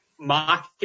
market